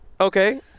Okay